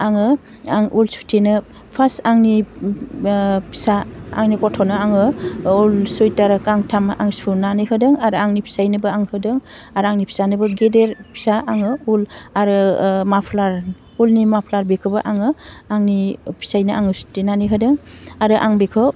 आङो आं उल सुथेनो फार्स्ट आंनि फिसा आंनि गथ'नो आङो उल सुइथार गांथाम आं सुनानै होदों आरो आंनि फिसाइनोबो आं होदों आरो आंनि फिसानोबो गेदेरे फिसा आङो उल आरो माफ्लार उलनि माफ्लार बेखौबो आङो आंनि फिसाइनो आङो सुथेनानै होदों आरो आं बेखौ